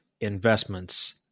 investments